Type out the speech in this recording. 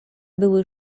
były